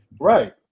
Right